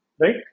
Right